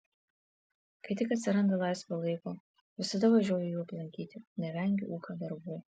kai tik atsiranda laisvo laiko visada važiuoju jų aplankyti nevengiu ūkio darbų